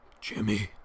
Jimmy